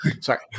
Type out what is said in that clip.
Sorry